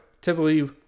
typically